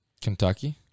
Kentucky